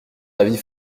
avis